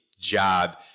job